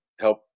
help